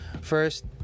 first